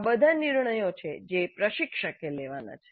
આ બધા નિર્ણયો છે જે પ્રશિક્ષકે લેવાના છે